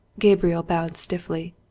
gabriel bowed stiffly.